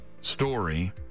story